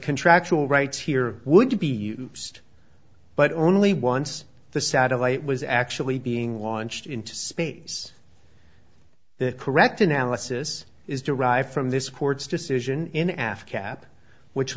contractual rights here would be used but only once the satellite was actually being launched into space the correct analysis is derived from this court's decision in africa app which